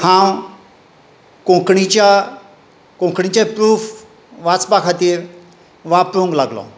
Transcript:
हांव कोंकणीच्या कोंकणीचे प्रूफ वाचपा खातीर वापरूंक लागलो